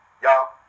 Y'all